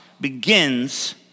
begins